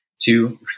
two